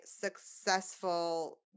successful